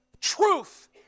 truth